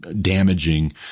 damaging